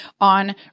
on